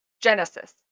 Genesis